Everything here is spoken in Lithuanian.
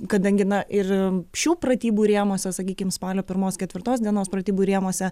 kadangi na ir šių pratybų rėmuose sakykim spalio pirmos ketvirtos dienos pratybų rėmuose